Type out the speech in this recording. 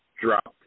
dropped